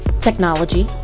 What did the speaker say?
technology